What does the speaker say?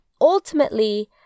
ultimately